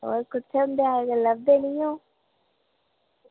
होर कुत्थें न अज्जकल लभदे निं हैन